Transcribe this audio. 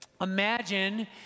imagine